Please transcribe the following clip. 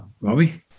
Robbie